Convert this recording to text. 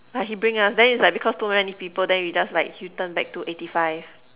like he bring us then it's like because too many people then he just like U-turn back to eighty five